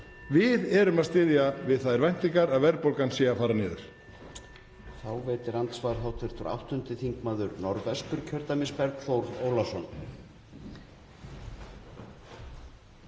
Við erum að styðja við þær væntingar að verðbólgan sé að fara niður.